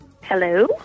Hello